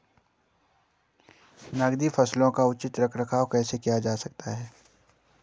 नकदी फसलों का उचित रख रखाव कैसे किया जा सकता है?